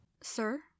Sir